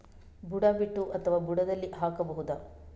ಬುಡ ಬಿಟ್ಟು ಅಥವಾ ಬುಡದಲ್ಲಿ ಹಾಕಬಹುದಾ?